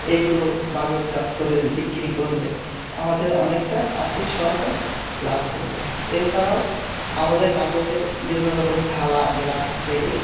এগুলো বাজারজাত করে বিক্রি করলে আমাদের অনেকটা আর্থিক সহায়তা লাভ করবে এছাড়াও আমাদের কাগজের বিভিন্ন রকম থালা গ্লাস থেকে